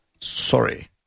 Sorry